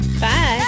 Bye